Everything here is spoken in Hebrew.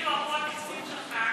שיצביעו עבור התקציב שלך,